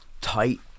tight